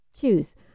choose